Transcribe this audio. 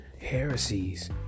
heresies